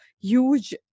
huge